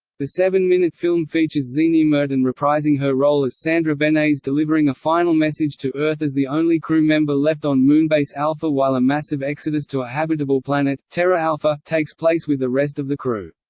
the seven-minute film features zienia merton reprising her role as sandra benes delivering a final message to earth as the only crew member left on moonbase alpha while a massive exodus to a habitable planet, terra alpha, takes place with the rest of the crew.